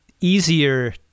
easier